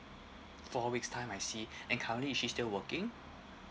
four weeks time I see and currently is she still working